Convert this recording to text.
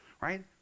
right